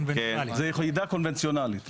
זאת יחידה קונבנציונלית,